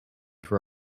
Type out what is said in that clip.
for